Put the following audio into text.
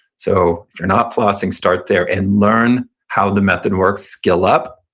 so if you're not flossing, start there, and learn how the method works, skill up,